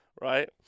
right